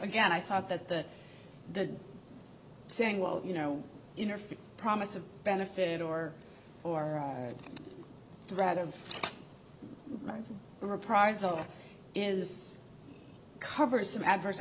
again i thought that the the saying well you know interfere promise of benefit or threat of reprisal is cover some adverse